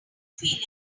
feeling